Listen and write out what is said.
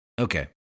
Okay